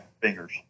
fingers